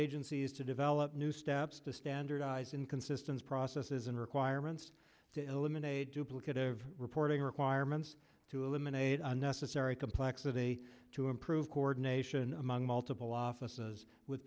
agencies to develop new steps to standardize inconsistence processes and requirements to eliminate duplicative reporting requirements to eliminate unnecessary complexity to improve coordination among multiple offices with